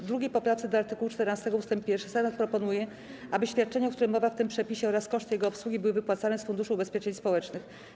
W 2. poprawce do art. 14 ust. 1 Senat proponuje, aby świadczenie, o którym mowa w tym przepisie, oraz koszty jego obsługi były wypłacane z Funduszu Ubezpieczeń Społecznych.